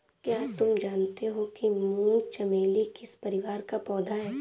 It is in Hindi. क्या तुम जानते हो कि मूंगा चमेली किस परिवार का पौधा है?